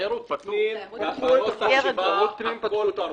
בתיירות פנים הכול פרוץ,